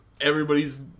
Everybody's